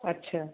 अच्छा